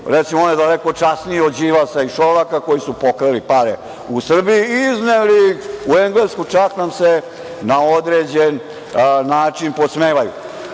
Recimo, on je daleko časniji od Đilasa i Šolaka koji su pokrali pare u Srbiji i izneli ih u Englesku, pa nam se čak na određeni način i podsmevaju. Ja